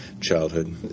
childhood